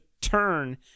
turn